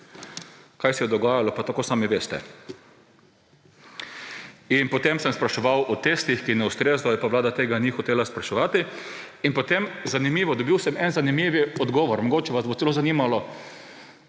Kaj se je dogajalo, pa tako sami veste. In potem sem spraševal o testih, ki ne ustrezajo, pa vlada tega ni hotela spraševati. In potem, zanimivo, dobil sem en zanimiv odgovor. Mogoče vas bo celo zanimalo.